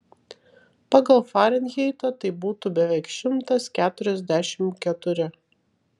pagal farenheitą tai būtų beveik šimtas keturiasdešimt keturi